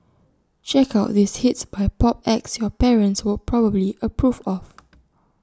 check out these hits by pop acts your parents will probably approve of